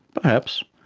perhaps.